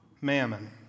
mammon